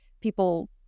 people